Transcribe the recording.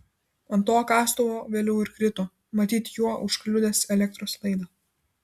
ant to kastuvo vėliau ir krito matyt juo užkliudęs elektros laidą